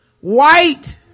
white